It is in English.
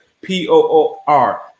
P-O-O-R